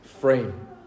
frame